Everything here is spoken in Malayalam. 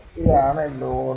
ഇതാണ് ലോഡ്